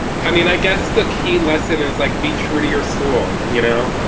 i mean, i guess the key lesson is like be true to your school you know